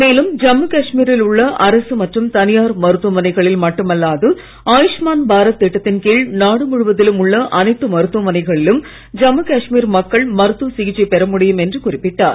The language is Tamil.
மேலும் ஜம்முகாஷ்மீரில்உள்ளஅரசுமற்றும்தனியார்மருத்துவமனைகளில்மட்டும் அல்லாது ஆயுஷ்மான்பாரத்திட்டத்தின்கீழ்நாடுமுழவதிலும்உள்ளஅனைத்துமருத்து வமனைகளிலும்ஜம்முகாஷ்மீர்மக்கள்மருத்துவசிகிச்சைபெறமுடியும்என்று ம்குறிப்பிட்டார்